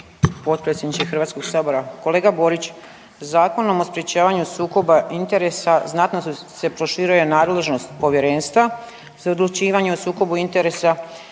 Potpredsjedniče HS-a. Kolega Borić, Zakonom o sprječavanju sukoba interesa znatno se proširuje nadležnost Povjerenstva za odlučivanje o sukobu interesa,